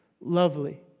lovely